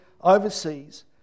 Overseas